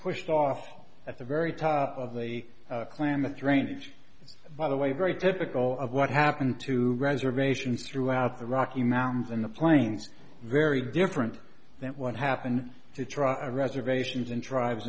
pushed off at the very top of the klamath range by the way very typical of what happened to reservations throughout the rocky mountains in the plains very different than what happened to try reservations in tribes